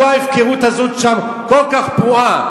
מדוע ההפקרות הזאת שם כל כך פרועה?